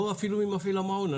או אפילו עם מפעיל המעון.